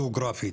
הגיאוגרפית,